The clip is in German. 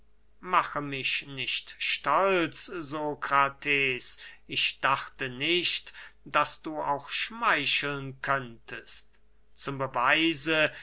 mache mich nicht stolz sokrates ich dachte nicht daß du auch schmeicheln könntest zum beweise